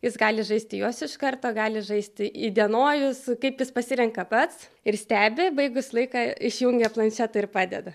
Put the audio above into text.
jis gali žaisti juos iš karto gali žaisti įdienojus kaip jis pasirenka pats ir stebi baigus laiką išjungia planšetą ir padeda